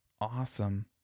awesome